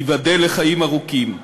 ייבדל לחיים ארוכים,